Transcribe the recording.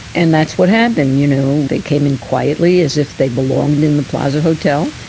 and that's what happened. you know they came in quietly as if they belonged in the plaza hotel,